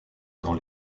dans